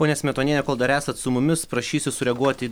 ponia smetonienė kol dar esat su mumis prašysiu sureaguoti